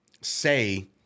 say